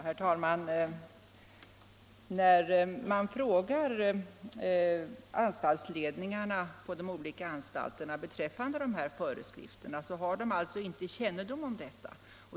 Herr talman! När man frågar anstaltsledningarna på de olika anstalterna beträffande dessa föreskrifter visar det sig att de inte har kännedom om sådana.